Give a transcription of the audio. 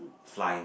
flying